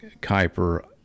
Kuiper